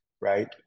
right